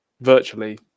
virtually